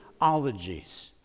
ologies